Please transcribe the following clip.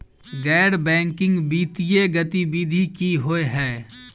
गैर बैंकिंग वित्तीय गतिविधि की होइ है?